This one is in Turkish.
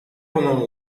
konu